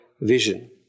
vision